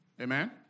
Amen